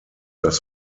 dass